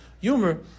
Humor